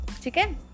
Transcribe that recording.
Chicken